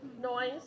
Noise